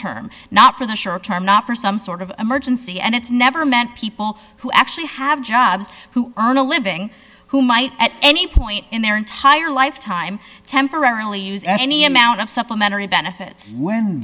term not for the short term not for some sort of emergency and it's never meant people who actually have jobs who earn a living who might at any point in their entire lifetime temporarily use any amount of supplementary benefits w